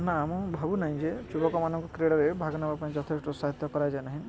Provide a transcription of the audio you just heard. ନା ମୁଁ ଭାବୁନାହିଁ ଯେ ଯେଉଁ ଲୋକମାନଙ୍କ କ୍ରୀଡ଼ାରେ ଭାଗ ନେବା ପାଇଁ ଯଥେଷ୍ଟ ସହାୟତା କରାଯାଏ ନାହିଁ